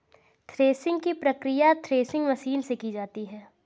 threshing की प्रकिया threshing machine से की जाती है